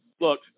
Look